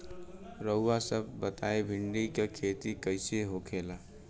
रउआ सभ बताई भिंडी क खेती कईसे होखेला?